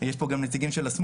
ואני מקווה שתהיה פה הסכמה בחדר